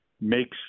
makes